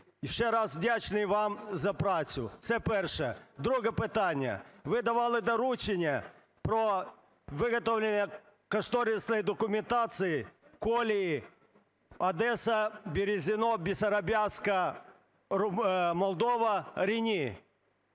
Друге питання. Ви давали доручення про виготовлення кошторисної документації колії Одеса – Березине – Басаробяска (Молдова) – Рені.